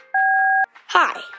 Hi